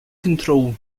control